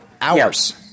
hours